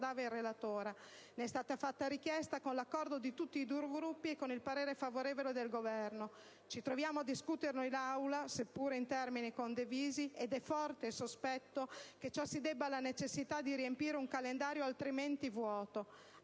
è stata fatta richiesta, con l'accordo di tutti i Gruppi e con il parere favorevole del Governo. Ci troviamo a discuterlo in Aula, seppure in termini condivisi, ed è forte il sospetto che ciò si debba alla necessità di riempire un calendario altrimenti vuoto.